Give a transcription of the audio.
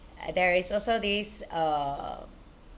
there is also these uh